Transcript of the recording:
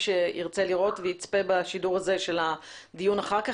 שירצה לראות או יצפה בשידור הדיון אחר כך,